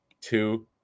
two